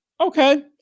okay